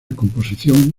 composición